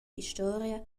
historia